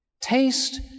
Taste